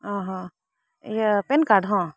ᱚ ᱦᱚᱸ ᱤᱭᱟᱹ ᱯᱮᱱ ᱠᱟᱨᱰ ᱦᱚᱸ